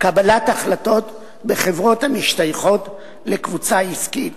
קבלת החלטות בחברות המשתייכות לקבוצה עסקית,